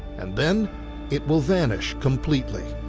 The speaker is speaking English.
and then it will vanish completely.